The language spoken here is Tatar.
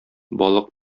балык